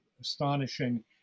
astonishing